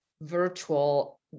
virtual